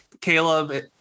Caleb